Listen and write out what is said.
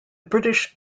british